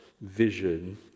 vision